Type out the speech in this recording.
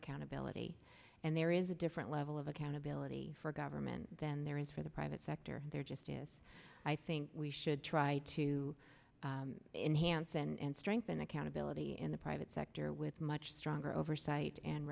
accountability and there is a different level of accountability for government than there is for the private sector there just is i think we should try to enhance and strengthen accountability in the private sector with much stronger oversight and